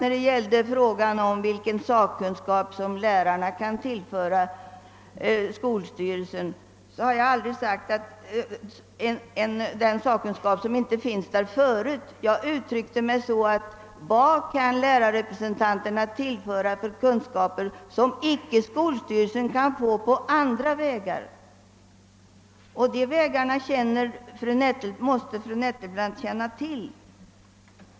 Beträffande frågan vilken sakkunskap lärarna kan tillföra skolstyrelsen har jag aldrig använt uttrycket >den sakkunskap som inte finns där förut». Jag sade: Vad kan lärarrepresentanterna tillföra för kunskaper som skolstyrelsen icke kan få på andra vägar? De vägarna måste fru Nettelbrandt känna till.